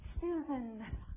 Susan